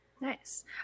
Nice